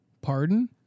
Pardon